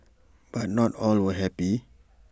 but not all were happy